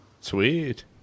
Sweet